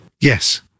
Yes